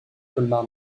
colmar